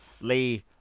Lee